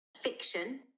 fiction